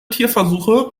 tierversuche